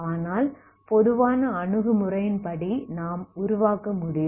ஆனால் பொதுவான அணுகுமுறையின்படி நாம் உருவாக்க முடியும்